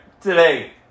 today